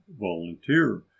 volunteer